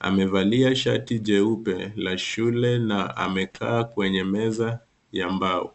Amevalia shati jeupe la shule, na amekaa kwenye meza ya mbao.